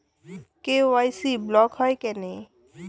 KYC block হয় কেনে?